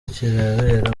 kirabera